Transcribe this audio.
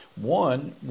one